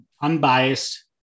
Unbiased